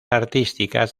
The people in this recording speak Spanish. artísticas